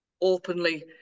openly